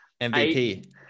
MVP